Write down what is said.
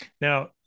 Now